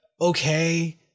Okay